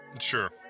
Sure